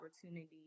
opportunity